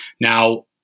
Now